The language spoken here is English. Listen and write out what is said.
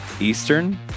Eastern